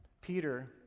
Peter